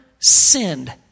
sinned